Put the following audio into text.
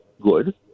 Good